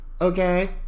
Okay